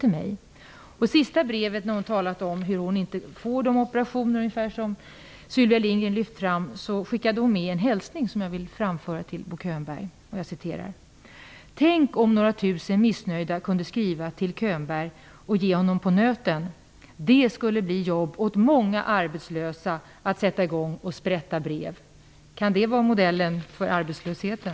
I sista brevet, när hon talar om att hon inte får de operationer som Sylvia Lindgren lyft fram, så skickade hon med en hälsning som jag vill framföra till Bo Könberg. Jag citerar: Tänk om några tusen missnöjda kunde skriva till Könberg och ge honom på nöten. Det skulle bli jobb åt många arbetslösa att sätta i gång och sprätta brev. Kan det vara en modell mot arbetslösheten?